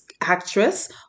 actress